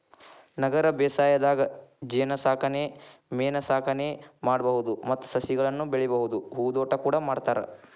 ನಗರ ಬೇಸಾಯದಾಗ ಜೇನಸಾಕಣೆ ಮೇನಸಾಕಣೆ ಮಾಡ್ಬಹುದು ಮತ್ತ ಸಸಿಗಳನ್ನ ಬೆಳಿಬಹುದು ಹೂದೋಟ ಕೂಡ ಮಾಡ್ತಾರ